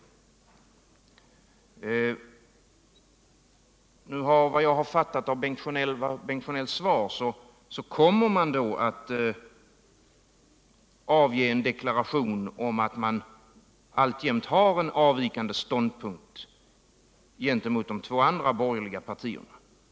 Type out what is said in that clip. Enligt vad jag fattat av Bengt Sjönells svar kommer man att avge en deklaration om att man alltjämt har en avvikande ståndpunkt gentemot de två andra borgerliga partierna.